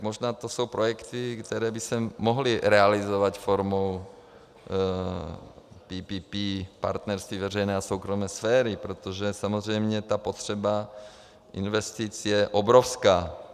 Možná to jsou projekty, které by se mohly realizovat formou PPP partnerství veřejné a soukromé sféry, protože samozřejmě potřeba investic je obrovská.